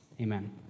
Amen